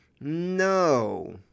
No